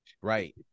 Right